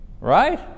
Right